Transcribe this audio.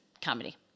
comedy